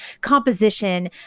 composition